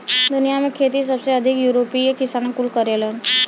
दुनिया में खेती सबसे अधिक यूरोपीय किसान कुल करेलन